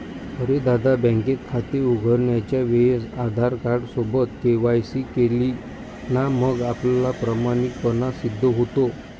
अरे दादा, बँकेत खाते उघडण्याच्या वेळेस आधार कार्ड सोबत के.वाय.सी केली ना मग आपला प्रामाणिकपणा सिद्ध होतो